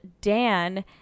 Dan